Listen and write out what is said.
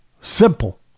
Simple